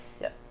Yes